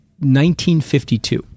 1952